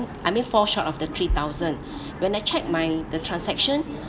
I may fall short of the three thousand when I check my the transaction